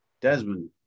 Desmond